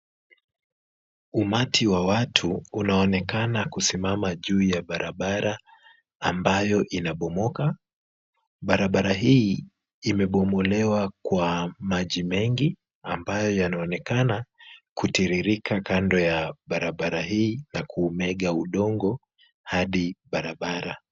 Umati wa watu unaonekana kusimama juu ya barabara ambayo inabomoka. Barabara hii imebolewa kwa maji mengi ambayo yanaonekana kutiririka kando ya barabara hii na kuumega udongo hadi barabara.